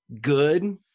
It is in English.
good